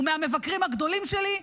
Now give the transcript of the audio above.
הוא מהמבקרים הגדולים שלי.